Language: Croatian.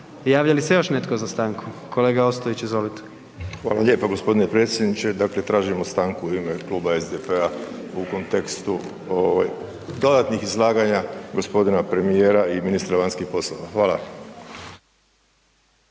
Javlja li se još netko za stanku? Kolega Ostojić, izvolite. **Ostojić, Rajko (SDP)** Hvala lijepo gospodine predsjedniče. Dakle tražim stanku u ime kluba SDP-a u kontekstu dodatnih izlaganja gospodina premijera i ministra vanjskih poslova. Hvala.